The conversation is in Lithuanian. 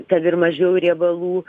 kad ir mažiau riebalų